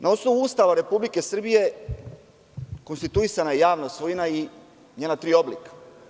Na osnovu Ustava Republike Srbije konstituisana je javna svojina i njena tri oblika.